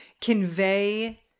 convey